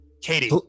katie